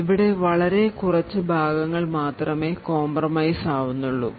ഇവിടെ വളരെ കുറച്ച് ഭാഗങ്ങൾ മാത്രമേ കോംപ്രമൈസ് ആവുന്നുള്ളൂ